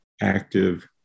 active